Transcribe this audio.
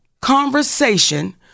conversation